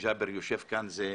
בתי כלא